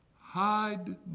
Hide